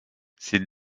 ces